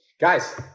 Guys